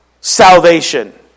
salvation